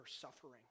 suffering